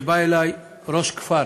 כשהיה בא אלי ראש כפר